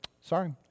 sorry